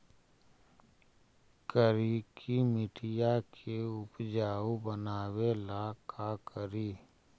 करिकी मिट्टियां के उपजाऊ बनावे ला का करी?